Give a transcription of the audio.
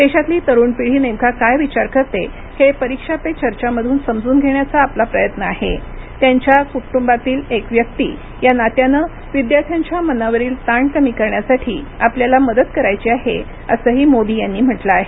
देशातली तरुण पिढी नेमका काय विचार करते हे परीक्षा पे चर्चा मधून समजून घेण्याचा आपला प्रयत्न आहे त्यांच्या कुटुंबातील एक व्यक्ती या नात्यानं विद्यार्थ्यांच्या मनावरील ताण कमी करण्यासाठी आपल्याला मदत करायची आहे असंही मोदी यांनी म्हटलं आहे